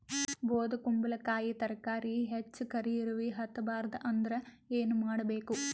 ಬೊದಕುಂಬಲಕಾಯಿ ತರಕಾರಿ ಹೆಚ್ಚ ಕರಿ ಇರವಿಹತ ಬಾರದು ಅಂದರ ಏನ ಮಾಡಬೇಕು?